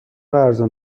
ارزان